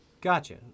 Gotcha